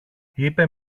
είπε